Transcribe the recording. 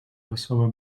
wesołe